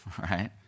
right